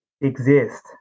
exist